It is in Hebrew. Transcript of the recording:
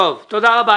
תודה רבה.